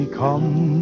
come